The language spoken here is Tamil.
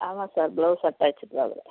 ஆமாம் சார் ப்ளவுஸு அட்டாச்சுடு தான் அதில்